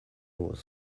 was